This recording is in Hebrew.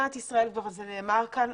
מדינת ישראל, וזה נאמר כאן,